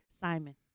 Simon